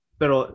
pero